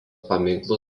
paminklų